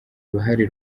uruhare